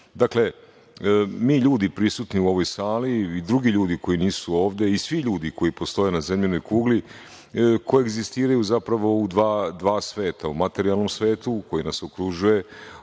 Dakle, mi ljudi prisutni u ovoj sali i drugi ljudi koji nisu ovde, kao i svi ljudi koji postoje na zemljinoj kugli koegzistiraju zapravo u dva sveta, u materijalnom svetu koji nas okružuje